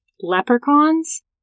leprechauns